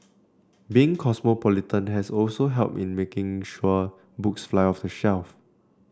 being cosmopolitan has also helped in making sure books fly off the shelf